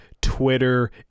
Twitter